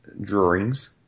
drawings